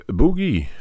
Boogie